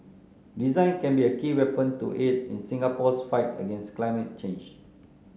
design can be a key weapon to aid in Singapore's fight against climate change